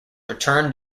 returned